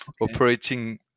operating